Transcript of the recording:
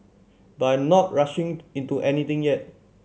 but I'm not rushing into anything yet